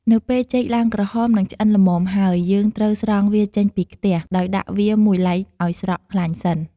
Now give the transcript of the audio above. នៅពេលចេកឡើងក្រហម និងឆ្អិនល្មមហើយ យើងត្រូវស្រង់វាចេញពីខ្ទះ ដោយដាក់វាមួយឡែកឲ្យស្រក់ខ្លាញ់សិន។